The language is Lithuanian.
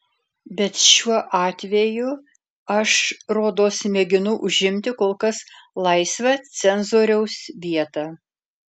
bet šiuo atveju aš rodos mėginu užimti kol kas laisvą cenzoriaus vietą